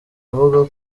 avuga